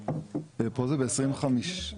פה זה ב-2050.